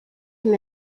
him